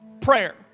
Prayer